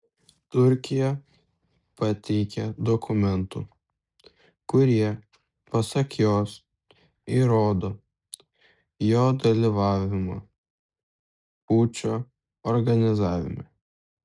turkija pateikė dokumentų kurie pasak jos įrodo jo dalyvavimą pučo organizavime